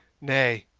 nay.